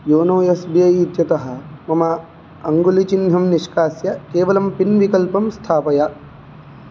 YONO S B I इत्यतः मम अङ्गुलिचिह्नं निष्कास्य केवलं पिन् विकल्पं स्थापय